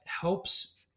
helps